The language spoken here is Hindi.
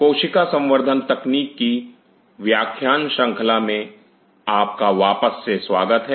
कोशिका संवर्धन तकनीक की व्याख्यान श्रृंखला में आपका वापस से स्वागत है